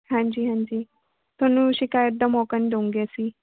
ਹਾਂਜੀ ਹਾਂਜੀ ਤੁਹਾਨੂੰ ਸ਼ਿਕਾਇਤ ਦਾ ਮੌਕਾ ਨੀ ਦੇਵਾਂਗੇ ਅਸੀਂ